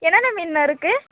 என்னன்ன மீனுணா இருக்கு